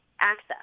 access